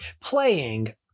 playing